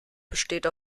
besteht